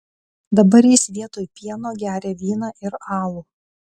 dabar jis vietoj pieno geria vyną ir alų